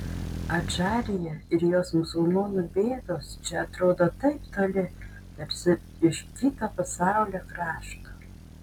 adžarija ir jos musulmonų bėdos čia atrodo taip toli tarsi iš kito pasaulio krašto